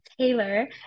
Taylor